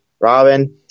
Robin